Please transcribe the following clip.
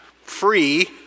free